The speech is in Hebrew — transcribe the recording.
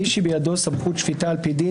מי שבידו סמכות שפיטה על פי דין,